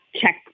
check